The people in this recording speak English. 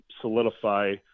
solidify